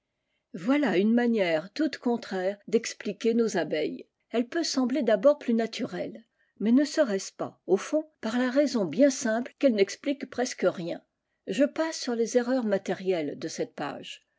oilà une manière toute contraire d'explir nos abeilles elle peut sembler d'abord plus naturelle mais ne serait-ce pas au fond par la raison bien simple qu'elle n'explique presque rien je passe sur les erreurs matérielles de cette page